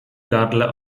gardle